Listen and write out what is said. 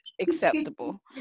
acceptable